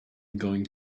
going